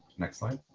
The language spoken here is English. next slide.